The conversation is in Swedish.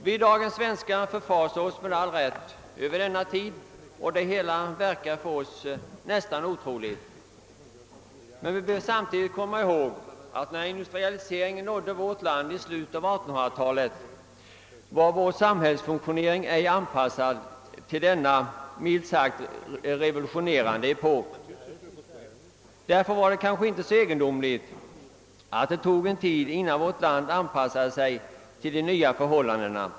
Vi dagens svenskar förfasar oss med all rätt över denna tid, och det hela verkar för oss nästan otroligt. Men vi bör samtidigt komma ihåg att när industrialiseringen nådde vårt land i slutet av 1800-talet var vår samhällsfunktionering ej anpassad till denna, milt sagt, revolutionerande epok. Därför var det kanske inte så egendomligt att det tog en tid innan vårt land anpassade sig till de nya förhållandena.